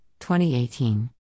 2018